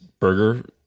burger